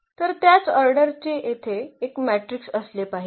तर त्याच ऑर्डरचे येथे एक मॅट्रिक्स असले पाहिजे